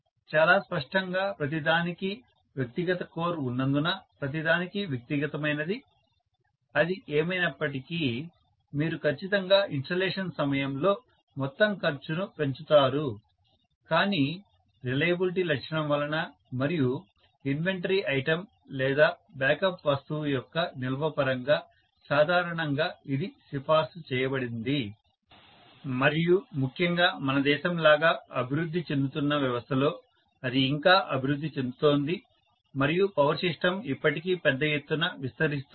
చాలా స్పష్టంగా ప్రతిదానికీ వ్యక్తిగత కోర్ ఉన్నందున ప్రతిదానికీ వ్యక్తిగతమైనది అది ఏమైనప్పటికీ మీరు ఖచ్చితంగా ఇన్స్టలేషన్ సమయంలో మొత్తం ఖర్చును పెంచుతారు కానీ రిలయబిలిటీ లక్షణం వలన మరియు ఇన్వెంటరీ ఐటమ్ లేదా బ్యాకప్ వస్తువు యొక్క నిల్వ పరంగా సాధారణంగా ఇది సిఫార్సు చేయబడింది మరియు ముఖ్యంగా మన దేశం లాగా అభివృద్ధి చెందుతున్న వ్యవస్థలో అది ఇంకా అభివృద్ధి చెందుతోంది మరియు పవర్ సిస్టం ఇప్పటికీ పెద్ద ఎత్తున విస్తరిస్తోంది